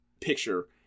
picture